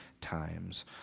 times